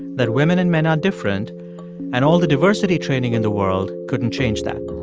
that women and men are different and all the diversity training in the world couldn't change that